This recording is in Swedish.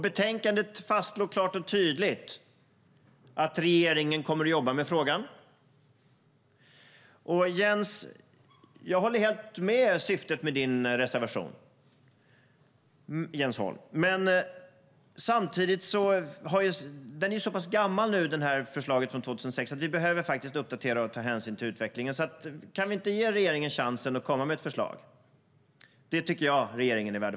Betänkandet fastslår klart och tydligt att regeringen kommer att jobba med frågan. Jag håller helt med Jens Holm i syftet med reservationen. Men samtidigt är detta förslag från 2006 så pass gammalt att vi behöver uppdatera och ta hänsyn till utvecklingen. Kan vi inte ge regeringen chansen att komma med ett förslag? Det tycker jag att regeringen är värd.